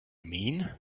mean